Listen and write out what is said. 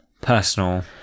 personal